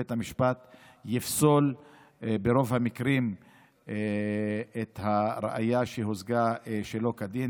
ושבית המשפט יפסול ברוב המקרים את הראיה שהושגה שלא כדין.